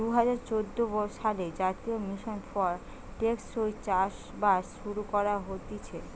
দুই হাজার চোদ্দ সালে জাতীয় মিশন ফর টেকসই চাষবাস শুরু করা হতিছে